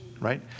right